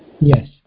Yes